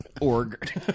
org